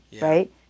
right